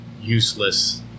useless